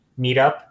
meetup